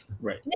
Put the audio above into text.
right